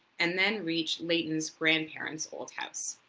and then reached layton's grandparent's old house.